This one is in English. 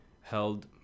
held